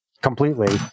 completely